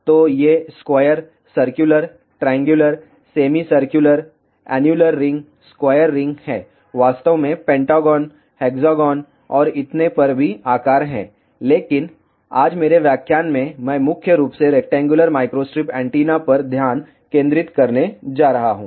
तो ये square circular triangular semi circular annular ring square ring हैं वास्तव में पेंटागोन हेक्सागोन और इतने पर भी आकार हैं लेकिन आज मेरे व्याख्यान में मैं मुख्य रूप से रेक्टेंगुलर माइक्रोस्ट्रिप एंटीना पर ध्यान केंद्रित करने जा रहा हूं